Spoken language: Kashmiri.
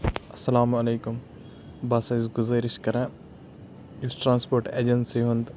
اسَلامُ علیکُم بہٕ ہَسا چھُس گُزٲرِش کَران یُس ٹرانسپوٹ ایٚجَنسی ہُنٛد